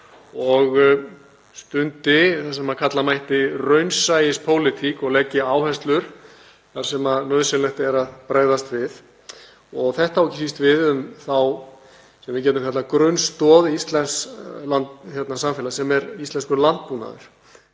og stundi það sem kalla mætti raunsæispólitík og leggi áherslur þar sem nauðsynlegt er að bregðast við. Þetta á ekki síst við um það sem við getum kallað grunnstoð íslensks samfélags